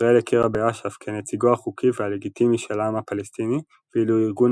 ישראל הכירה באש"ף כנציגו החוקי והלגיטימי של העם הפלסטיני ואילו ארגון